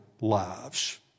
lives